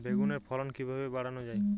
বেগুনের ফলন কিভাবে বাড়ানো যায়?